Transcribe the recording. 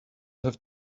have